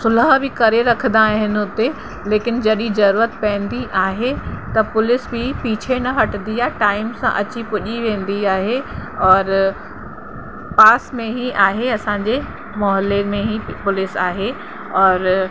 सुलह बि करे रखंदा आहिनि हुते लेकिन जरूअत पवंदी आहे त पुलिस बि पीछे न हटंदी आहे टाइम सां अची पुॼी वेंदी आहे और पास में ई आहे असांजे मोहल्ले में ई पुलिस आहे और